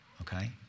okay